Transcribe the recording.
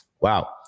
wow